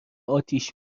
آتیش